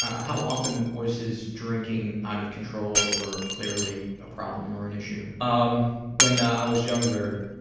how often was his drinking out of control or clearly a problem or an issue? um when i was younger